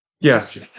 Yes